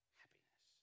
happiness